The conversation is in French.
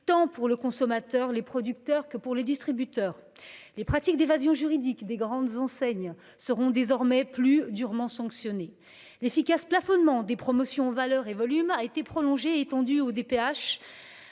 tant pour les consommateurs que pour les producteurs et les distributeurs. Les pratiques d'évasion juridique des grandes enseignes seront désormais plus durement sanctionnées. L'efficace plafonnement des promotions en valeur et volume a été prolongé et étendu aux